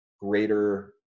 greater